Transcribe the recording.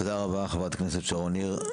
תודה רבה, חברת הכנסת שרון ניר.